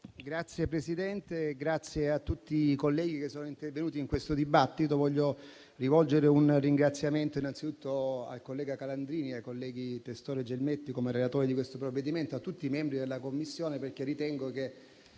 Signora Presidente, ringrazio tutti i colleghi che sono intervenuti in questo dibattito. Voglio rivolgere un ringraziamento innanzitutto al collega Calandrini, ai colleghi Testor e Gelmetti, come relatori di questo provvedimento, e a tutti i membri della Commissione, perché ritengo che